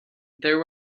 there